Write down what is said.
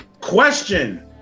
question